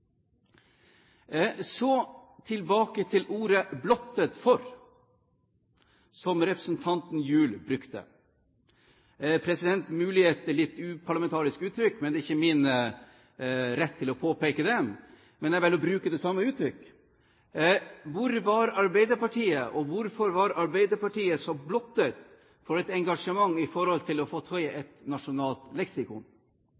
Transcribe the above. Så tilbake til ordene «blottet for», som representanten Gjul brukte. Det er mulig det er et litt uparlamentarisk uttrykk, men det er ikke min rett å påpeke det, og jeg velger å bruke det samme uttrykk. Hvor var Arbeiderpartiet, og hvorfor var Arbeiderpartiet så blottet for engasjement for å få til